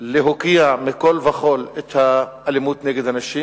להוקיע מכול וכול את האלימות נגד נשים,